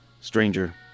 stranger